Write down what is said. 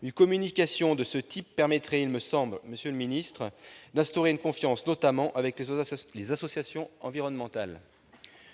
qu'une communication de ce type permettrait, monsieur le ministre, d'instaurer un climat de confiance, notamment avec les associations environnementales.